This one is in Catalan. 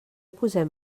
posem